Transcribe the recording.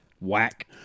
Whack